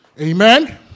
Amen